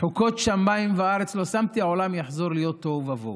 "חֻקות שמים וארץ לא שמתי" העולם יחזור להיות תוהו ובוהו.